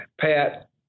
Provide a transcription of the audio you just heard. Pat